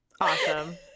awesome